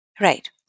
Right